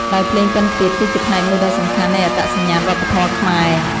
ដោយភ្លេងពិណពាទ្យគឺជាផ្នែកមួយដ៏សំខាន់នៃអត្តសញ្ញាណវប្បធម៌ខ្មែរ។